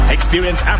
Experience